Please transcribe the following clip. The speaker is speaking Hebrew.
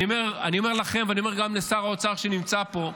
אני אומר לכם ואני אומר גם לשר האוצר שנמצא פה: